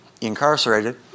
incarcerated